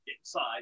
inside